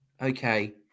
Okay